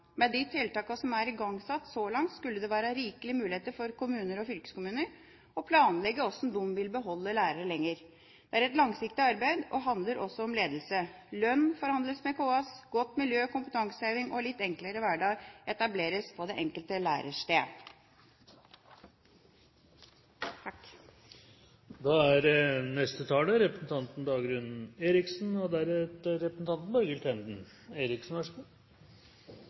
med organisasjonene. Med de tiltakene som er igangsatt så langt, skulle det være rikelige muligheter for kommuner og fylkeskommuner å planlegge hvordan de vil beholde lærerne lenger. Det er et langsiktig arbeid, og det handler også om ledelse. Lønn forhandles med KS, og godt miljø, kompetanseheving og en litt enklere hverdag etableres på det enkelte lærested. I 2009 gikk 40 lærere av med AFP i Skien. Det var dobbelt så